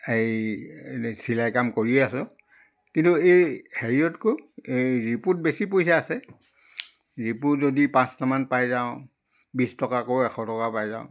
হেৰি এনেই চিলাই কাম কৰিয়ে আছোঁ কিন্তু এই হেৰিকৈ এই ৰিপুত বেছি পইচা আছে ৰিপু যদি পাঁচটামান পাই যাওঁ বিছ টকাকৈ এশ টকা পাই যাওঁ